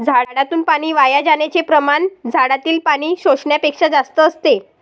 झाडातून पाणी वाया जाण्याचे प्रमाण झाडातील पाणी शोषण्यापेक्षा जास्त असते